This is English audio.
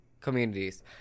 communities